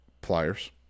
pliers